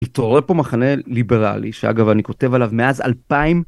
אתה רואה פה מחנה ליברלי שאגב אני כותב עליו מאז 2000.